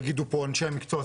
יגידו פה אנשי המקצוע,